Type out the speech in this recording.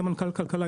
סמנכ"ל כלכלה,